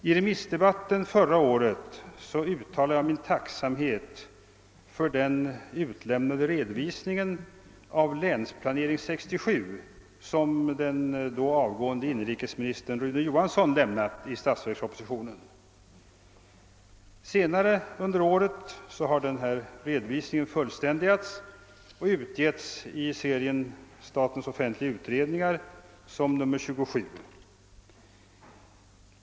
I remissdebatten förra året uttalade jag min tacksamhet för den redovisning av Länsplanering 67 som den då avgående inrikesministern Rune Johansson lämnade i statsverkspropositionen. Senare under året har redovisningen fullständigats och utgivits i serien SOU: 27.